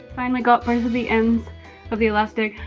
finally got both of the ends of the elastic,